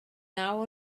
naw